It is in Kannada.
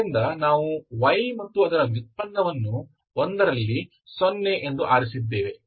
ಆದ್ದರಿಂದ ನಾವು y ಮತ್ತು ಅದರ ವ್ಯುತ್ಪನ್ನವನ್ನು 1 ರಲ್ಲಿ ಸೊನ್ನೆ ಎಂದು ಆರಿಸಿದ್ದೇವೆ